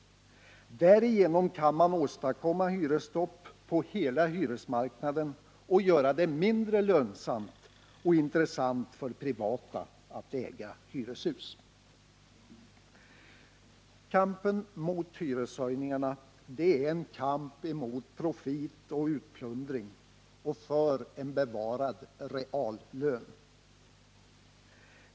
Därigenom kan man åstadkomma hyresstopp på hela hyresmarknaden och göra det mindre lönsamt och intressant för privata att äga hyreshus. Kampen mot hyreshöjningarna är en kamp mot profit och utplundring och för en bevarad reallön.